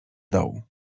dołu